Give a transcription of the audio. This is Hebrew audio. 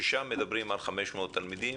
ששם מדברים על 500 תלמידים.